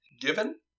Given